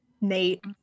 Nate